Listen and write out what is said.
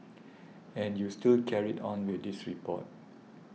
and you still carried on with this report